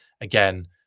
again